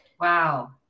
Wow